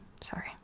sorry